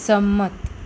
સંમત